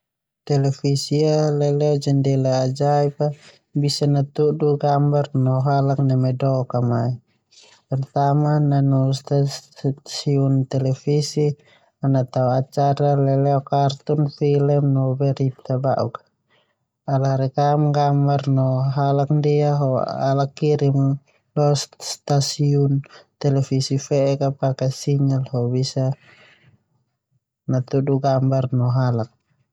Televisi ia leleo jendela ajaib bisa natuda gambar no halak neme dook a mai. Pertama, nanu stasiun televisi ana tao acara leleo kartun, film no berita bauk. Ala rekam halak no gambar ndia ho alla kirim lo stasiun televisi fe'ek pake sinyal ho bisa natuda gambar no halak.